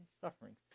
suffering